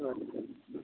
अच्छा